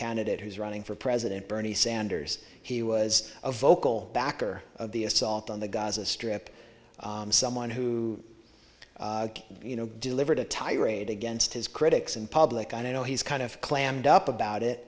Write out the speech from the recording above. candidate who's running for president bernie sanders he was a vocal backer of the assault on the gaza strip someone who you know delivered a tirade against his critics and public i know he's kind of clammed up about it